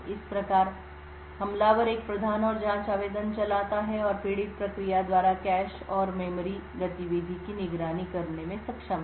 इस प्रकार हमलावर एक प्रधान और जांच आवेदन चलाता है और पीड़ित प्रक्रिया द्वारा कैश और मेमोरी गतिविधि की निगरानी करने में सक्षम है